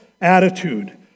attitude